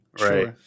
right